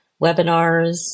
webinars